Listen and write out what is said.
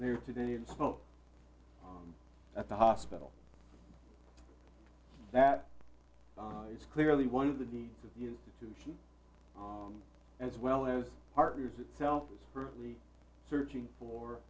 there today and spoke at the hospital that is clearly one of the needs of the institution as well as partners itself is currently searching for